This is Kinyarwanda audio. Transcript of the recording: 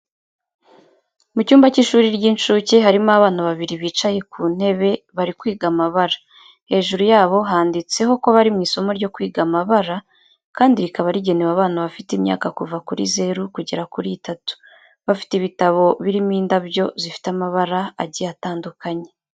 Mu cyumba cy'ishuri ry'inshuke harimo abana babiri bicaye ku ntebe bari kwiga amabara. Hejuru yabo handitseho ko bari mu isomo ryo kwiga amabara kandi rikaba rigenewe abana bafite imyaka kuva kuri zeru kugera kuri itatu. Bafite ibitabo birimo indabyo zifite amabara agiye atandukanye.